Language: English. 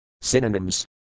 Synonyms